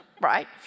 right